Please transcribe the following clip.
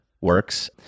works